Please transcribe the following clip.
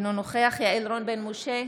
אינו נוכח יעל רון בן משה,